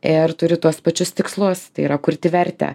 ir turi tuos pačius tikslus tai yra kurti vertę